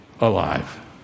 alive